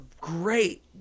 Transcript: great